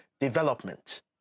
development